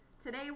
Today